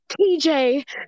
TJ